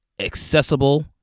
accessible